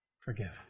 Forgive